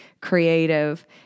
creative